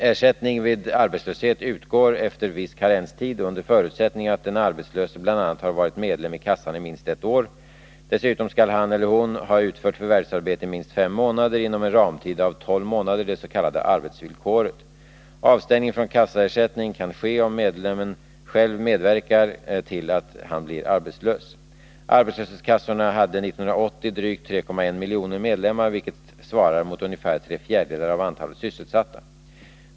Ersättning vid arbetslöshet utgår efter viss karenstid under förutsättning att den arbetslöse bl.a. har varit medlem i kassan i minst ett år. Dessutom skall haneller hon ha utfört förvärvsarbete i minst fem månader inom en ramtid av tolv månader — det s.k. arbetsvillkoret. Avstängning från kassaersättning kan ske om medlemmen själv medverkar till att han blir arbetslös. Arbetslöshetskassorna hade 1980 drygt 3,1 miljoner medlemmar, vilket svarar mot ungefär tre fjärdedelar av antalet sysselsatta.